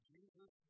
Jesus